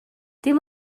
dim